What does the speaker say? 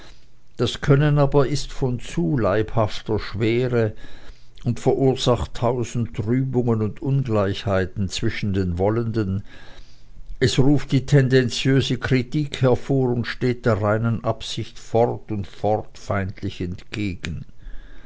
das können aber ist von zu leibhafter schwere und verursacht tausend trübungen und ungleichheiten zwischen den wollenden es ruft die tendenziöse kritik hervor und steht der reinen absicht fort und fort feindlich entgegen